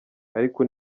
ariko